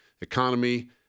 economy